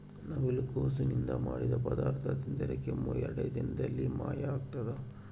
ನವಿಲುಕೋಸು ನಿಂದ ಮಾಡಿದ ಪದಾರ್ಥ ತಿಂದರೆ ಕೆಮ್ಮು ಎರಡೇ ದಿನದಲ್ಲಿ ಮಾಯ ಆಗ್ತದ